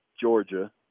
Georgia